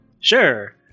Sure